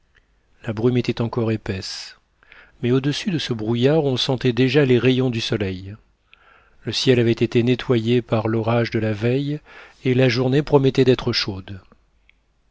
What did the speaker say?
la brume était encore épaisse mais au-dessus de ce brouillard on sentait déjà les rayons du soleil le ciel avait été nettoyé par l'orage de la veille et la journée promettait d'être chaude